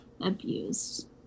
abused